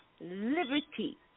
liberty